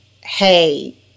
hey